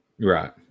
Right